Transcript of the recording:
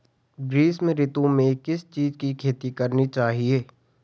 ग्रीष्म ऋतु में किस चीज़ की खेती करनी चाहिये?